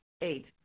Eight